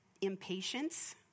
impatience